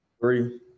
Three